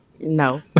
No